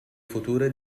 future